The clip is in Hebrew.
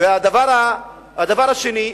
והדבר השני,